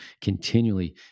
continually